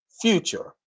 future